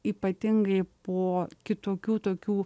ypatingai po kitokių tokių